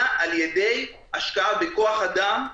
אלא על ידי השקעה בכוח אדם,